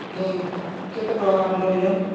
ନାଇଁ କେତେ ଟଙ୍କା କାଣା ନଉଚନ୍